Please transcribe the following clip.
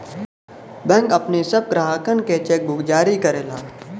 bank अपने सब ग्राहकनके चेकबुक जारी करला